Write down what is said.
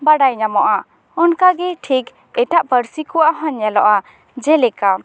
ᱵᱟᱰᱟᱭ ᱧᱟᱢᱚᱜᱼᱟ ᱚᱱᱠᱟᱜᱮ ᱴᱷᱤᱠ ᱮᱴᱟᱜ ᱯᱟᱹᱨᱥᱤ ᱠᱚᱣᱟᱜ ᱦᱚᱸ ᱧᱮᱞᱚᱜᱼᱟ ᱡᱮᱞᱮᱠᱟ